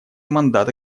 мандата